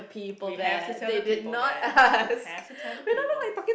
we have to tell the people that we have to tell the people